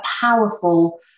powerful